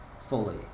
fully